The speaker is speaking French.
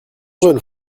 jeune